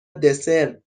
دسر